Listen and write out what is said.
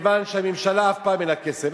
מכיוון שהממשלה אף פעם אין לה כסף,